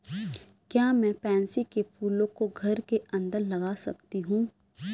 क्या मैं पैंसी कै फूलों को घर के अंदर लगा सकती हूं?